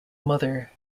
mother